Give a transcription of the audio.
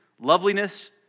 loveliness